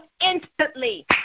instantly